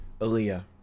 Aaliyah